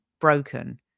broken